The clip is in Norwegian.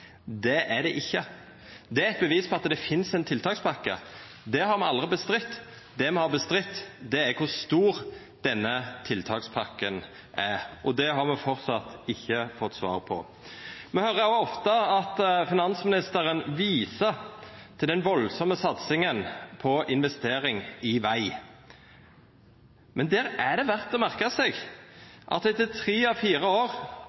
er det ikkje. Det er eit bevis på at det finst ein tiltakspakke. Det har me aldri stridt imot, det me har stridt imot, er kor stor denne tiltakspakken er, og det har me framleis ikkje fått svar på. Me høyrer ofte at finansministeren viser til den veldige satsinga på investering i veg, men der er det verdt å merka seg at etter tre av fire år